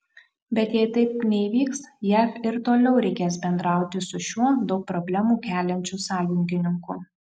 bet jei taip neįvyks jav ir toliau reikės bendrauti su šiuo daug problemų keliančiu sąjungininku